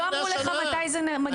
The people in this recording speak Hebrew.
לא אמרו לך מתי זה מגיע?